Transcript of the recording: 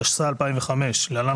התשס"ה 2005 (להלן,